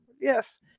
Yes